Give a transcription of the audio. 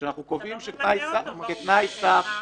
גור שאל שאלה, אני רוצה להשיב לו.